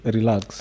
Relax